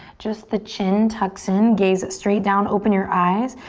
just the chin tucks in, gaze straight down, open your eyes.